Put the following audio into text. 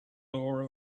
law